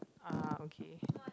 ah okay